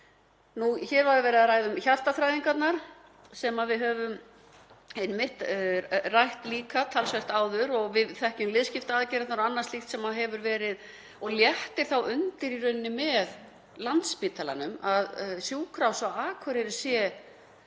Hér var verið að ræða um hjartaþræðingarnar sem við höfum einmitt rætt líka talsvert áður og við þekkjum liðskiptaaðgerðirnar og annað slíkt sem hefur verið og léttir þá undir í rauninni með Landspítalanum. Sjúkrahúsið á Akureyri er